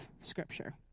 Scripture